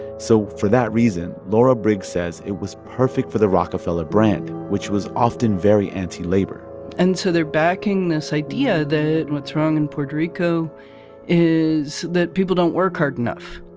so for that reason, laura briggs says, it was perfect for the rockefeller brand, which was often very anti-labor and so they're backing this idea that what's wrong in puerto rico is that people don't work hard enough.